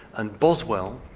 and boswell,